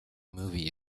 movie